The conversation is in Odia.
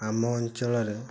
ଆମ ଅଞ୍ଚଳରେ